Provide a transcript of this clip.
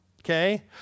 okay